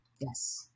Yes